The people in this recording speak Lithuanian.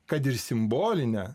kad ir simbolinę